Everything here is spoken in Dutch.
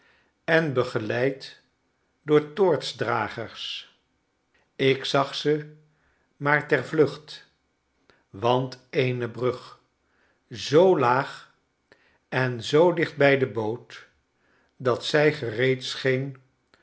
en begeleid door toortsdragers ik zag ze maar ter vlucht want eene brug zoolaagen zoo dicht bij de boot dat zij